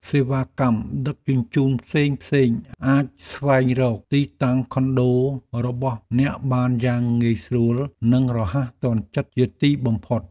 សេវាកម្មដឹកជញ្ជូនផ្សេងៗអាចស្វែងរកទីតាំងខុនដូរបស់អ្នកបានយ៉ាងងាយស្រួល និងរហ័សទាន់ចិត្តជាទីបំផុត។